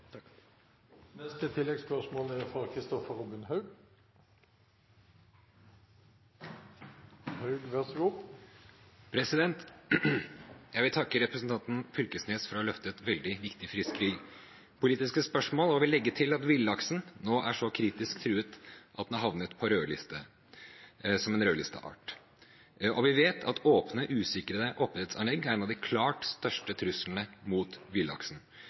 Kristoffer Robin Haug – til oppfølgingsspørsmål. Jeg vil takke representanten Knag Fylkesnes for å ha løftet et veldig viktig fiskeripolitisk spørsmål og vil legge til at villaksen nå er så kritisk truet at den har blitt en rødlisteart. Vi vet at åpne, usikrede oppdrettsanlegg er en av de klart største truslene mot villaksen.